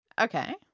Okay